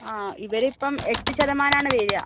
ആ ഇവരിപ്പം എട്ടു ശതമാനമാണ് വരിക